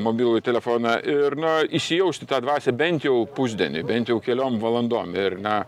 mobilųjį telefoną ir na įsijausti į tą dvasią bent jau pusdienį bent jau keliom valandom ir na